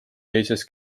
teises